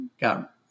got